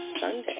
Sunday